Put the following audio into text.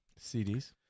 CDs